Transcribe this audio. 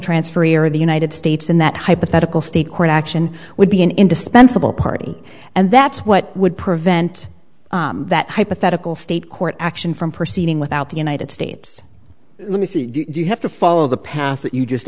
transfer ear of the united states in that hypothetical state court action would be an indispensable party and that's what would prevent that hypothetical state court action from proceeding without the united states you have to follow the path that you just